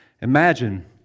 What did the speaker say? Imagine